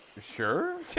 sure